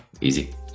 Easy